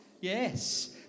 Yes